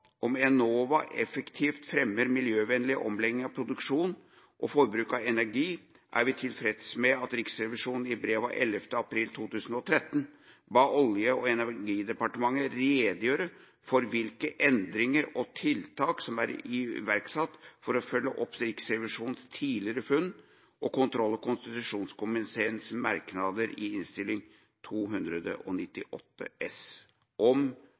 om Enova effektivt fremmer miljøvennlig omlegging av produksjon og forbruk av energi, er vi tilfreds med at Riksrevisjonen i brev av 11. april 2013 ba Olje- og energidepartementet redegjøre for hvilke endringer og tiltak som er iverksatt for å følge opp Riksrevisjonens tidligere funn og kontroll- og konstitusjonskomiteens merknader i Innst. 298 S for 2009–2010 om Enova SFs drift og